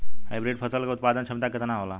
Hybrid फसल क उत्पादन क्षमता केतना होला?